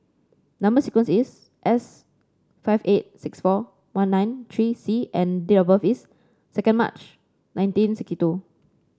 number sequence is S five eight six four one nine three C and date of birth is second March nineteen sixty two